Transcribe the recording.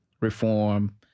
reform